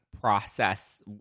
process